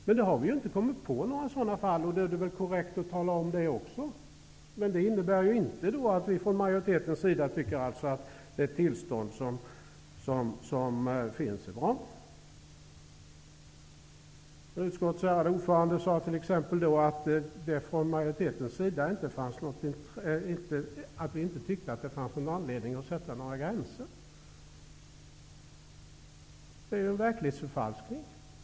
Men vi har inte kommit på några sådana fall, och då är det korrekt att tala om det. Det innebär inte att vi från majoritetens sida tycker att nuvarande tillstånd är bra. Utskottets ärade ordförande sade t.ex. att vi från majoritetens sida inte tyckte att det fanns anledning att sätta några gränser. Det är en verklighetsförfalskning.